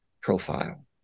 profile